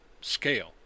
scale